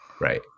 Right